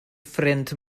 ffrind